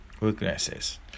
weaknesses